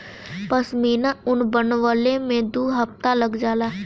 पश्मीना ऊन बनवले में दू हफ्ता लग जाला